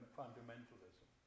fundamentalism